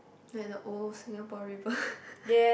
like the old Singapore-River